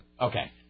Okay